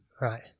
Right